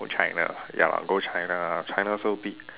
go China ya lah go China ah China so big